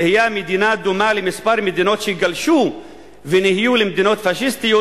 תהיה המדינה דומה לכמה מדינות שגלשו ונהיו למדינות פאשיסטיות.